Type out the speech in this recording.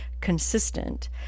consistent